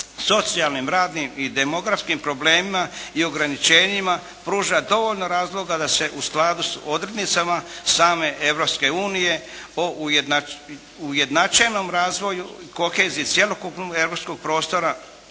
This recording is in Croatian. socijalnim, radnim i demografskim problemima i ograničenjima pruža dovoljno razloga da se u skladu s odrednicama same Europske unije o ujednačenom razvoju i koheziji cjelokupnog europskog prostora